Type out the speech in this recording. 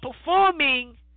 performing